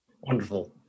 Wonderful